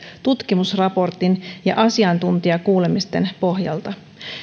tutkimusraportin ja asiantuntijakuulemisten pohjalta